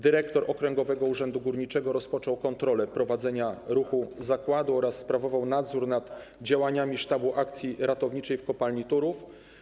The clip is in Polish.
Dyrektor okręgowego urzędu górniczego rozpoczął kontrolę prowadzenia ruchu zakładu oraz sprawował nadzór nad działaniami sztabu akcji ratowniczej w kopalni Turów.